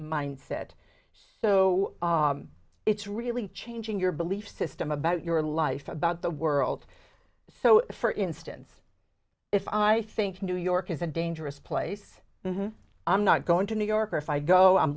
mindset so it's really changing your belief system about your life about the world so for instance if i think new york is a dangerous place i'm not going to new york or if i go i'm